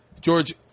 George